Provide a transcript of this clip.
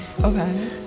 okay